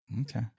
Okay